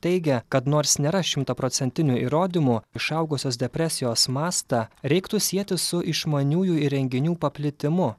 teigia kad nors nėra šimtaprocentinių įrodymų išaugusios depresijos mastą reiktų sieti su išmaniųjų įrenginių paplitimu